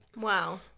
wow